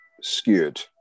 skewed